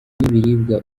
n’ibiribwa